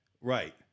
Right